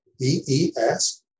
E-E-S